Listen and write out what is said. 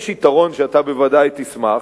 יש יתרון שאתה בוודאי תשמח,